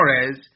Flores